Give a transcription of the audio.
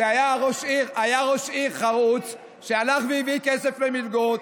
היה ראש עיר חרוץ שהלך והביא כסף למלגות,